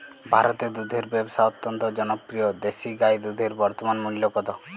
ভারতে দুধের ব্যাবসা অত্যন্ত জনপ্রিয় দেশি গাই দুধের বর্তমান মূল্য কত?